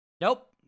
Nope